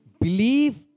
Believe